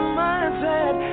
mindset